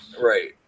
Right